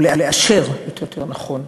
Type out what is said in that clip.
או לאשר, יותר נכון,